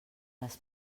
les